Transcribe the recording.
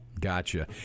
Gotcha